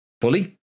fully